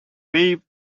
wave